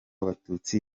abatutsi